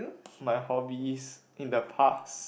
my hobbies in the past